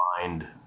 find